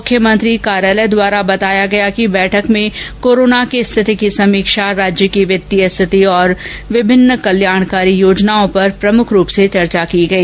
मुख्यमंत्री कार्यालय द्वारा बताया गया कि बैठक में कोरोना की स्थिति की समीक्षा राज्य की वित्तीय स्थिति तथा विभिन्न कल्याणकारी योजनाओं पर प्रमुख रूप से चर्चा की गई